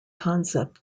concept